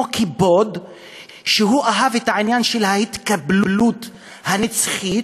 קיפוד שאהב את העניין של ההתקפלות הנצחית,